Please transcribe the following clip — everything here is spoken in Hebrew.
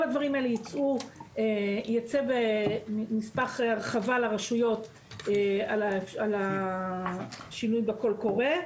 כל הדברים האלה יצא בנספח הרחבה לרשויות על השינוי בקול קורא.